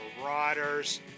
Marauders